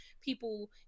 people